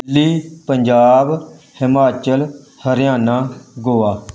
Delhi Punjab Himachal Haryana Goa